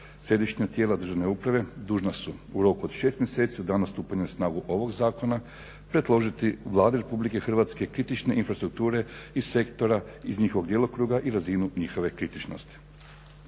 Središnja tijela državne uprave dužna su u roku od 6 mjeseci od dana stupanja na snagu ovog zakona predložiti Vladi Republike Hrvatske kritične infrastrukture iz sektora, iz njihovog djelokruga i razinu njihove kritičnosti.